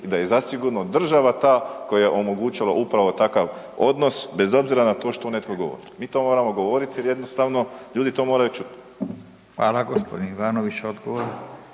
i da je zasigurno država ta koja je omogućila upravo takav odnos, bez obzira na to što netko govori. Mi to moramo govoriti jer jednostavno, ljudi to moraju čuti. **Radin, Furio